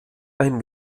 ein